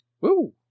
Woo